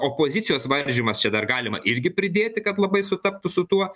opozicijos varžymas čia dar galima irgi pridėti kad labai sutaptų su tuo